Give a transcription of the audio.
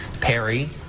Perry